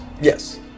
Yes